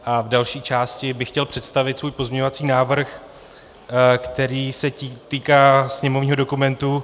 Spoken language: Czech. V další části bych chtěl představit svůj pozměňovací návrh, který se týká sněmovního dokumentu 579.